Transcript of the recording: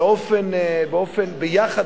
ביחד,